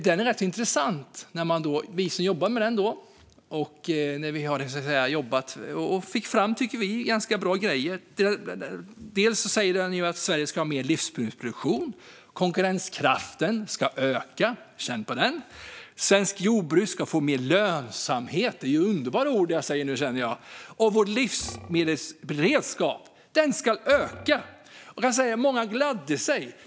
Det är rätt intressant. Vi som jobbade med den tyckte att vi fick fram ganska bra grejer. Den säger att Sverige ska ha mer livsmedelsproduktion. Konkurrenskraften ska öka - känn på den! Svenskt jordbruk ska få mer lönsamhet. Det är underbara ord jag säger nu, känner jag. Vår livsmedelsberedskap ska öka. Många gladde sig.